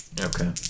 Okay